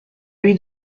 lui